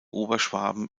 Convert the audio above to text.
oberschwaben